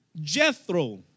Jethro